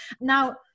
Now